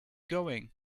going